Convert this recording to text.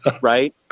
right